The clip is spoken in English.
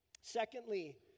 Secondly